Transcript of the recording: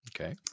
Okay